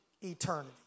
eternity